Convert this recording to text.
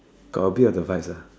got a bit of the vibes ah